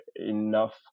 enough